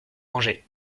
angers